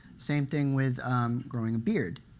same thing with growing a beard.